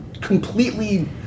completely